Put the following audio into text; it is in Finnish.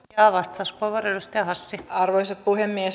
ja vasta s power ystäväsi arvoisa puhemies